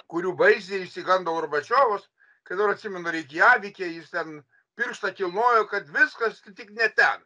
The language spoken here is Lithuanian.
kurių baisiai išsigando gorbačiovas kai dabar atsimenu reikjavike jis ten pirštą kilnojo kad viskas tik ne ten